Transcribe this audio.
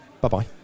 bye-bye